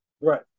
Right